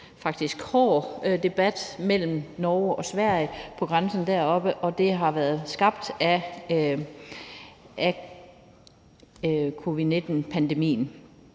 faktisk meget hård debat mellem Norge og Sverige om grænsen deroppe, som har været skabt af covid-19-pandemien.